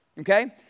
okay